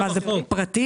מה זה, פרטי?